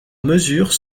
mesures